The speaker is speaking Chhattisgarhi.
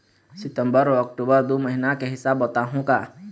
सितंबर अऊ अक्टूबर दू महीना के हिसाब बताहुं का?